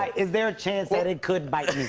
is there a chance that it could bite